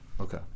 Okay